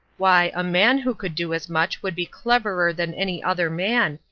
why, a man who could do as much would be cleverer than any other man,